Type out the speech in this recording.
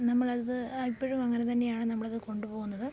നമ്മളത് ഇപ്പോഴും അങ്ങനെ തന്നെയാണ് നമ്മളത് കൊണ്ടു പോകുന്നത്